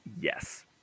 Yes